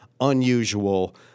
unusual